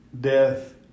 death